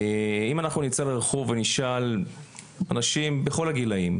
אם אנחנו נצא לרחוב ונשאל אנשים בכל הגילאים,